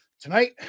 tonight